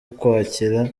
ukwakira